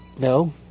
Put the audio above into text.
No